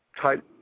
type